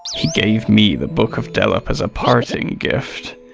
he gave me the book of delopp as a parting gift,